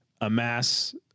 Amass